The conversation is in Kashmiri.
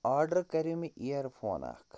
آرڈَر کَریٛو مےٚ اِیرفون اَکھ